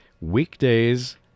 Weekdays